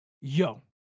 yo